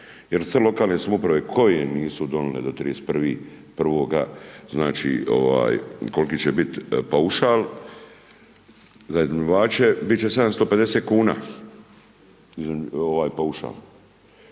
jer sve lokalne samouprave koje nisu donijele do 31.1. znači koliki će biti paušal za iznajmljivače biti će 750 kuna paušal.